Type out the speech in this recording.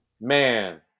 man